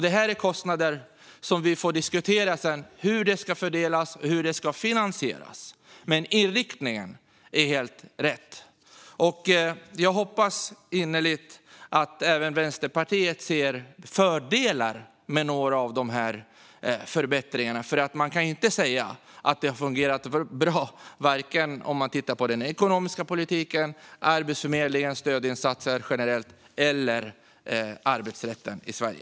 Det här är kostnader som vi får diskutera hur de ska fördelas och hur de ska finansieras, men inriktningen är helt rätt. Jag hoppas innerligt att även Vänsterpartiet ser fördelar med några av de här förbättringarna. Man kan ju inte säga att det har fungerat bra, vare sig om man tittar på den ekonomiska politiken, på Arbetsförmedlingens stödinsatser generellt eller på arbetsrätten i Sverige.